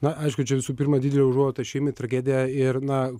na aišku čia visų pirma didelė užuojauta šeimai tragedija ir na